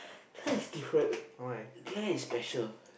Claire is different Claire is special